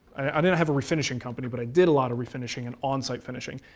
i didn't have a refinishing company, but i did a lot of refinishing and onsite finishing,